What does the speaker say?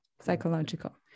psychological